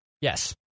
yes